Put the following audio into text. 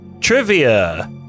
Trivia